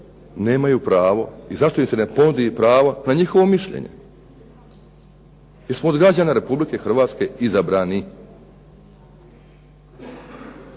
nemaju pravo i zašto im se ne ponudi pravo na njihovo mišljenje jer smo od građana Republike Hrvatske izabrani.